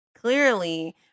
clearly